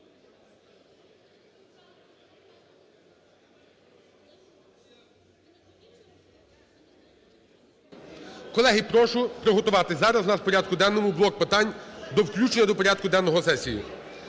Колеги, прошу приготуватися. Зараз у нас в порядку денному блок питань до включення до порядку денного сесії.